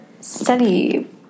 study